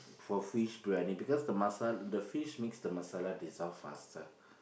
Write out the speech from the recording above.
for fish briyani because the masa~ the fish makes the masala dissolve faster